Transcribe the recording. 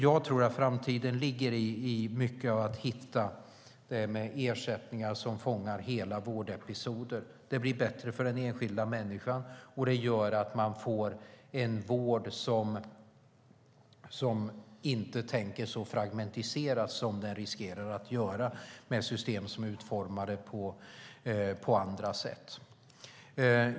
Jag tror att framtiden ligger mycket i att hitta ersättningar som fångar hela vårdepisoder. Det blir bättre för den enskilda människan, och det gör att man får en vård som inte är så fragmentiserad som den riskerar att bli med system som är utformade på andra sätt.